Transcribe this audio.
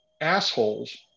assholes